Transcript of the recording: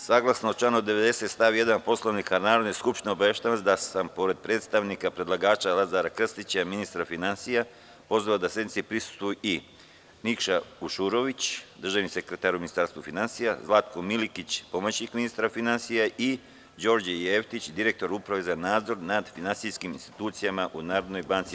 Saglasno članu 90. stav 1. Poslovnika Narodne skupštine, obaveštavam vas da sam, pored predstavnika predlagača Lazar Krstića, pozvao da sednici prisustvuju i Nikša Vušurović, državni sekretar u Ministarstvu finansija, Zlatko Milekić, pomoćnik ministra finansija i Đorđe Jeftić, direktor Uprave za nadzor nad finansijskim institucijama u NBS.